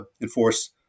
enforce